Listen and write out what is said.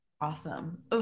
Awesome